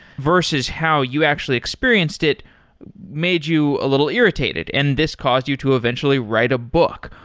versus how you actually experienced it made you a little irritated. and this caused you to eventually write a book.